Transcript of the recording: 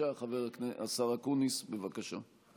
השר אקוניס, בבקשה.